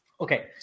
Okay